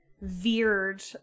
veered